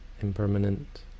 impermanent